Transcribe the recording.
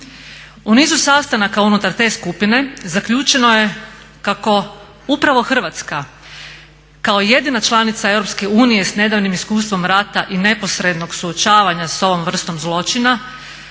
U nizu sastanaka unutar te skupine zaključeno je kako upravo Hrvatska kao jedina članica EU s nedavnim iskustvom rata i neposrednog suočavanja sa ovom vrstom zločina